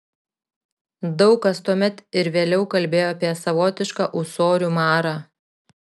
daug kas tuomet ir vėliau kalbėjo apie savotišką ūsorių marą